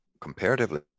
comparatively